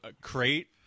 Crate